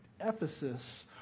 Ephesus